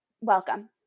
Welcome